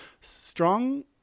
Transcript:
strong